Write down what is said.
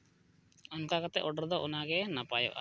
ᱚᱱᱠᱟ ᱠᱟᱛᱮᱫ ᱚᱰᱟᱨ ᱫᱚ ᱚᱱᱟᱜᱮ ᱱᱟᱯᱟᱭᱚᱜᱼᱟ